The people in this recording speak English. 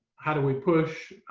how do we push?